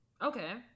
okay